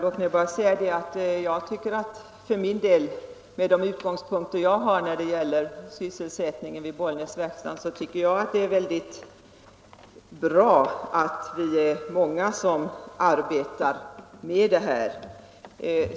Herr talman! Låt mig bara säga att med de utgångspunkter jag har när det gäller sysselsättningen vid Bollnäsverkstaden tycker jag att det är mycket bra att vi är många som arbetar med denna fråga.